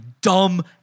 dumb